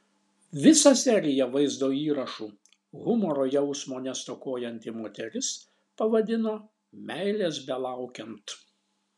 visą seriją vaizdo įrašų humoro jausmo nestokojanti moteris pavadino meilės belaukiant